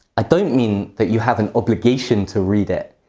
i don't mean that you have an obligation to read it.